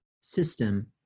system